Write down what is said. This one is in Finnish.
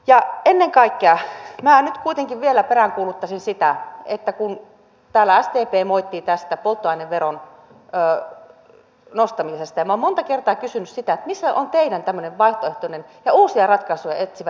ja ennen kaikkea minä nyt kuitenkin vielä peräänkuuluttaisin sitä että kun täällä sdp moittii tästä polttoaineveron nostamisesta niin minä olen monta kertaa kysynyt sitä missä on tämmöinen teidän vaihtoehtoinen ja uusia ratkaisuja etsivä energiapolitiikkanne